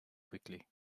quickly